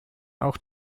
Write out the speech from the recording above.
auch